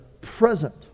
present